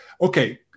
okay